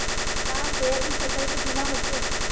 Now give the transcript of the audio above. का सोयाबीन फसल के बीमा होथे?